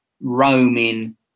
roaming